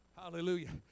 hallelujah